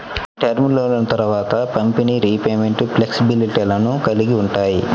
term లోన్లు త్వరిత పంపిణీ, రీపేమెంట్ ఫ్లెక్సిబిలిటీలను కలిగి ఉంటాయి